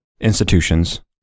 institutions